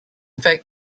fact